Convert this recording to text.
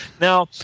Now